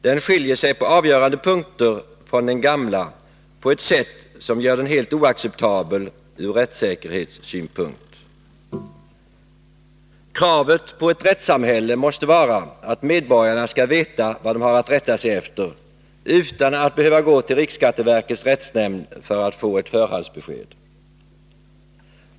Den skiljer sig på avgörande punkter från den gamla på ett sätt som gör den helt oacceptabel från rättssäkerhetssynpunkt. Kravet på ett rättssamhälle måste vara att medborgarna skall veta vad de har att rätta sig efter utan att behöva gå till riksskatteverkets rättsnämnd för att få ett förhandsbesked.